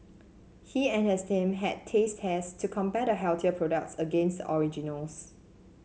he and his team had taste tests to compare the healthier products against the originals